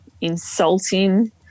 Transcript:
insulting